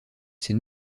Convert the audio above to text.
ses